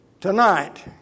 tonight